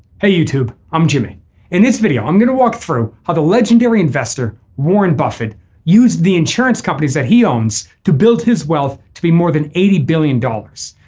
hey youtube i'm jimmy in this video i'm going to walk through how the legendary investor warren buffett used the insurance companies that he owns to build his wealth to be more than eighty billion dollars.